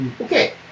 Okay